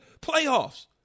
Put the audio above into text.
playoffs